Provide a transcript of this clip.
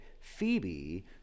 Phoebe